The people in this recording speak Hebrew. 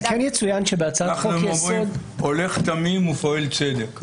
אומרים שהולך תמים ופועל צדק.